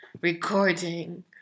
recording